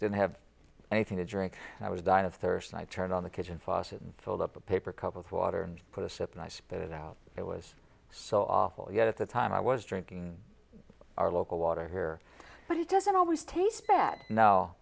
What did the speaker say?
didn't have anything to drink i was dying of thirst and i turned on the kitchen faucet and filled up a paper cup of water and put a sip and i spit it out it was so awful yet at the time i was drinking our local water here but it doesn't always taste bad no